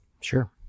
sure